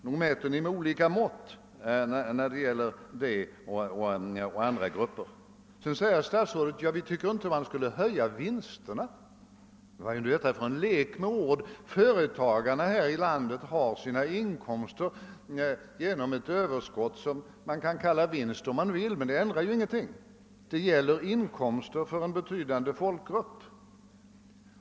Nog mäter ni med olika mått! Sedan sade statsrådet att regeringen inte tycker att man bör höja vinsterna. Vad är detta för lek med ord? Företagarna här i landet får sina inkomster genom ett överskott, som man kan kalla vinst om man vill, men det ändrar ingenting. Det gäller inkomsterna för en betydande folkgrupp.